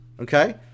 Okay